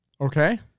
Okay